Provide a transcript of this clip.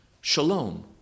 shalom